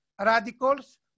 radicals